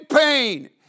pain